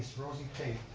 rosie tate.